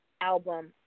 album